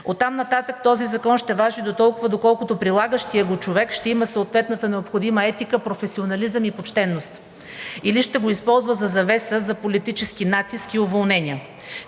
оттам нататък този закон ще важи дотолкова, доколкото прилагащият го човек ще има съответната необходима етика, професионализъм и почтеност или ще го използва за завеса, за политически натиск и уволнения.